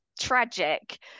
tragic